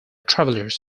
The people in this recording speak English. travelers